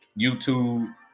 YouTube